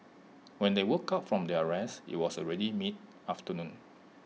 when they woke up from their rest IT was already mid afternoon